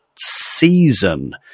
season